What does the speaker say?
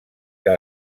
que